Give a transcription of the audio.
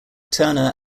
turner